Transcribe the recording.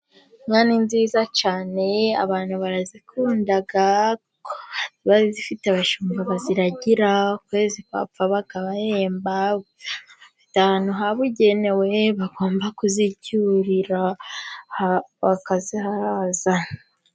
Inka ni nziza cyane, abantu barazikunda kuko ziba zifite abashumba baziragira. Ukwezi kwapfa, bakabahemba, bafite ahantu habugenewe bagomba kuzicyurira, bakaziharaza.